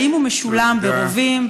האם הוא משולם ברובים,